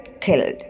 killed